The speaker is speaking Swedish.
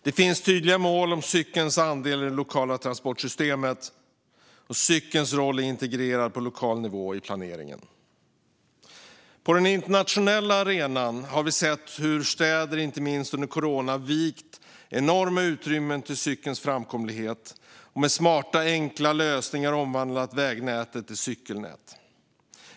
Det finns tydliga mål om cyklingens andel i det lokala transportsystemet, och cykelns roll är integrerad på lokal nivå i planeringen. På den internationella arenan har städer, inte minst under coronan, vikt enorma utrymmen för cykelns framkomlighet och med smarta, enkla lösningar omvandlat vägnät till cykelnät.